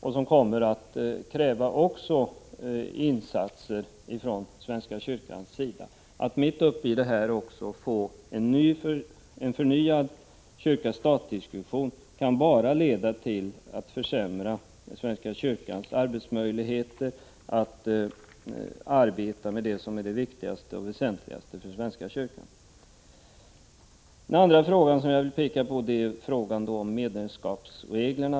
De kommer också att kräva insatser från svenska kyrkans sida. Att mitt uppe i detta arbete få en förnyad stat-kyrka-diskussion kan bara leda till att försämra svenska kyrkans möjligheter att arbeta med det som är det viktigaste och väsentligaste för svenska kyrkan. Den andra frågan är frågan om medlemskapsreglerna.